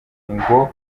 ngo